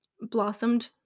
blossomed